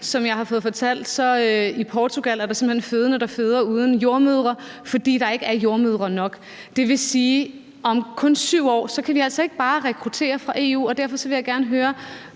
Som jeg har fået fortalt, er der allerede nu i Portugal simpelt hen fødende, der føder uden en jordemoder, fordi der ikke er jordemødre nok. Det vil sige, at om kun 7 år kan vi altså ikke bare rekruttere fra EU. Derfor vil jeg gerne høre